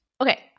Okay